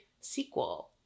sequel